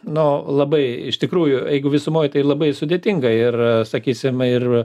nu labai iš tikrųjų jeigu visumoj tai labai sudėtinga ir sakysim ir